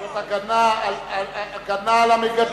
שי חרמש שכנע אותי, אני הולך להצביע